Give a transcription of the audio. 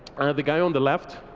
the guy on the left,